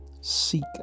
Seek